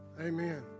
amen